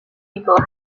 people